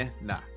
nah